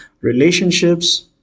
relationships